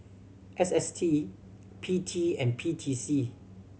S S T P T and P T C